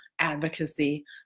advocacy